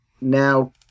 now